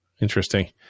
Interesting